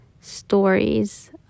stories